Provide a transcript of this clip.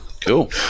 Cool